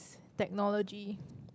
technology